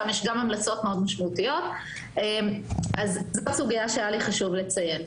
יש שם גם המלצות מאוד משמעותיות - זו סוגיה שהיה חשוב לי לציין.